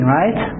right